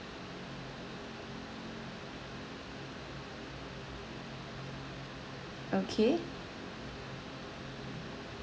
okay